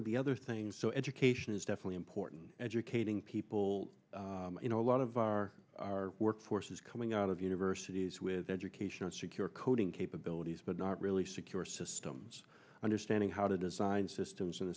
of the other things so education is definitely important educating people you know a lot of our our workforce is coming out of universities with education and secure coding capabilities but not really secure systems understanding how to design